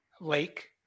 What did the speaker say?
Lake